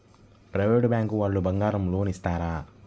Private bank వాళ్ళు బంగారం loan ఇస్తారా?